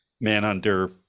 Manhunter